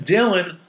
Dylan